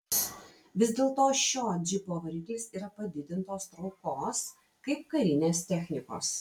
vis dėlto šio džipo variklis yra padidintos traukos kaip karinės technikos